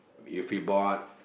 you feel bored